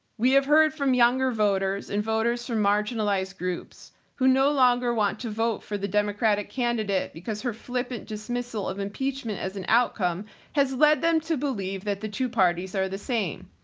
we have heard from younger voters and voters from marginalized groups who no longer want to vote for the democratic candidate because her flippant dismissal of impeachment as an outcome has led them to believe that the two parties are the same.